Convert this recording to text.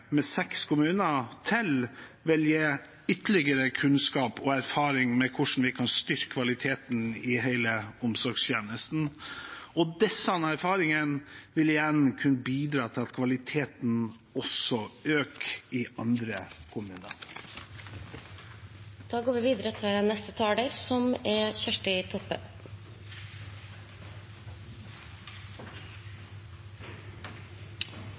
med seks kommuner til vil gi ytterligere kunnskap og erfaring med hvordan vi kan styrke kvaliteten i hele omsorgstjenesten, og disse erfaringene vil igjen kunne bidra til at kvaliteten også øker i andre kommuner. Den kommunale omsorgstenesta står overfor store utfordringar. Det er